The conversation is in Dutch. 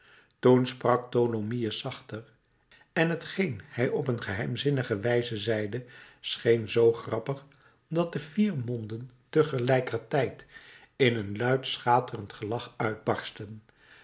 toen sprak tholomyès zachter en t geen hij op een geheimzinnige wijze zeide scheen zoo grappig dat de vier monden tegelijkertijd in een luid schaterend gelach uitbarstten